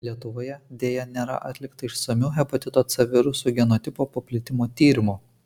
lietuvoje deja nėra atlikta išsamių hepatito c viruso genotipų paplitimo tyrimų